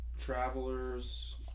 Travelers